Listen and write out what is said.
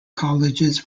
colleges